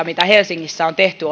mitä helsingissä on tehty